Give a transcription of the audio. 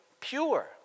pure